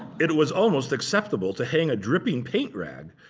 it was almost acceptable to hang a dripping paint rag.